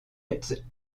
achètent